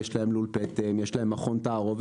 לול פטם ומכון תערובת.